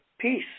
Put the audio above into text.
Peace